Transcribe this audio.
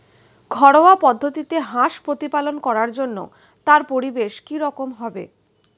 ঘরোয়া পদ্ধতিতে হাঁস প্রতিপালন করার জন্য তার পরিবেশ কী রকম হবে?